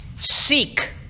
seek